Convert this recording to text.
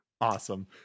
awesome